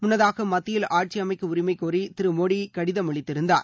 முன்னதாக மத்தியில் ஆட்சி அமைக்க உரிமை கோரி திரு மோடி கடிதம் அளித்து இருந்தார்